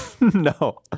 No